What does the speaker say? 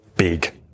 Big